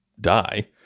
die